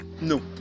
No